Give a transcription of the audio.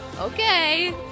Okay